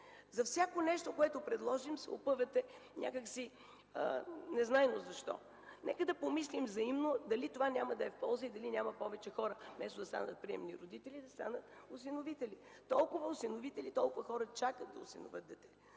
За всяко нещо, което предлагаме, се опъвате незнайно защо. Нека да помислим взаимно дали това няма да е в полза и дали повече хора, вместо да станат приемни родители, да станат осиновители. Толкова хора чакат да осиновят дете.